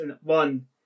One